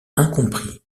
incompris